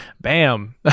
bam